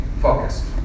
focused